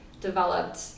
developed